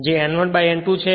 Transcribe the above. જે N1 N2 છે